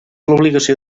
obligació